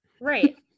right